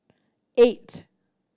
eight